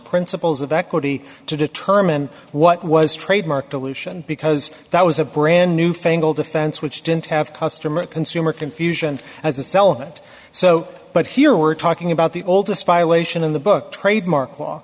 principles of equity to determine what was trademark dilution because that was a brand new fangled offense which didn't have customer consumer confusion as a cell that so but here we're talking about the oldest violation in the book trademark law